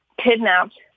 kidnapped